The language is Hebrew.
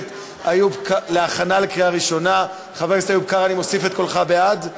הכנסת איוב קרא, אני מוסיף את קולך בעד.